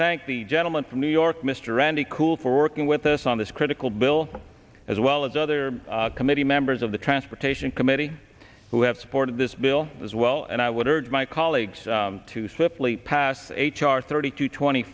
thank the gentleman from new york mr randy cool for working with us on this critical bill as well as other committee members of the transportation committee who have supported this bill as well and i would urge my colleagues to simply pass h r thirty to twenty